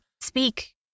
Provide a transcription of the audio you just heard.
speak